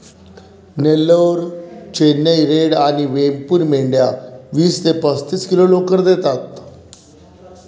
Nellore, Chennai red आणि वेमपूर मेंढ्या वीस ते पस्तीस किलो लोकर देतात